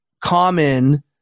common